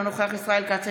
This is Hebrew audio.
אינו נוכח ישראל כץ,